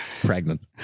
Pregnant